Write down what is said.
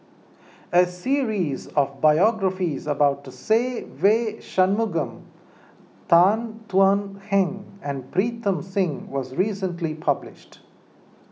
a series of biographies about Se Ve Shanmugam Tan Thuan Heng and Pritam Singh was recently published